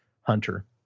hunter